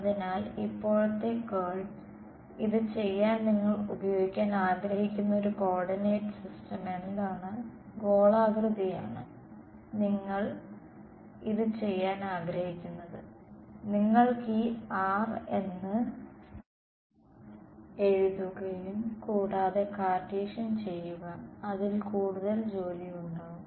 അതിനാൽ ഇപ്പോഴത്തെ കേൾ ഇത് ചെയ്യാൻ നിങ്ങൾ ഉപയോഗിക്കാൻ ആഗ്രഹിക്കുന്ന ഒരു കോർഡിനേറ്റ് സിസ്റ്റം എന്താണ് ഗോളാകൃതിയാണ് നിങ്ങൾ ഇത് ചെയ്യാൻ ആഗ്രഹിക്കുന്നത് നിങ്ങൾക്ക് ഈ r എന്ന് എന്ന് എഴുതുകയും കൂടാതെ കാർട്ടീഷ്യൻ ചെയ്യുക അതിൽ കൂടുതൽ ജോലി ഉണ്ടാവും